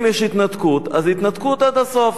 אם יש התנתקות, אז התנתקות עד הסוף.